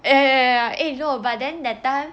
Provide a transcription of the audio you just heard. eh eh no but then that time